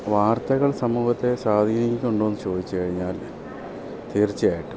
ഈ വാർത്തകൾ സമൂഹത്തെ സ്വാധീനിക്കുന്നുണ്ടോന്ന് ചോദിച്ച് കഴിഞ്ഞാൽ തീർച്ചയായിട്ടും